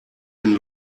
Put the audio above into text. den